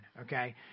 okay